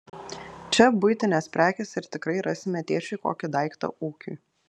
čia buitinės prekės ir tikrai rasime tėčiui kokį daiktą ūkiui